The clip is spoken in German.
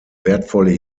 wertvolle